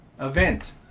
event